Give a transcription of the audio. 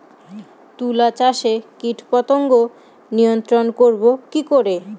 তুলা চাষে কীটপতঙ্গ নিয়ন্ত্রণর করব কি করে?